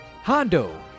Hondo